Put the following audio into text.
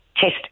test